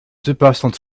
personal